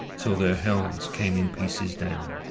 till their helms came in pieces down.